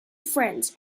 friends